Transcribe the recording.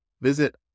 Visit